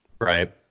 right